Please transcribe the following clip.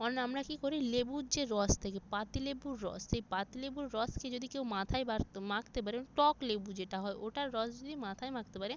on আমরা কি করি লেবুর যে রস থাকে পাতিলেবুর রস সেই পাতিলেবুর রসকে যদি কেউ মাথায় বার তো মাখতে পারে এবং টক লেবু যেটা হয় ওটার রস যদি মাথায় মাখতে পারে